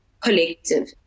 collective